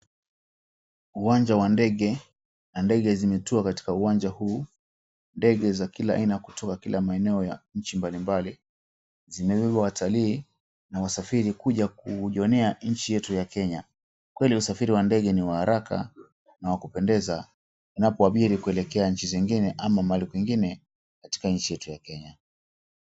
Uwanja wa ndege, na ndege zimetua katika uwanja huu, ndege za kila aina kutoka kila maeneo ya inchi mbalibali, zimebeba watalii na wasafiri kuja kujionea inchi yetu ya Kenya. Kweli usafiri wa ndege ni wa haraka na wakupendeza, unapoabiri kutoka inchi zingine ama mahali kwingine katika inchi yetu ya Kenya.